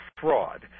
fraud